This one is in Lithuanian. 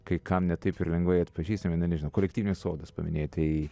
kai kam ne taip ir lengvai atpažįstami na nežinau kolektyvinius sodus paminėjai tai